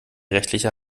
rechtliche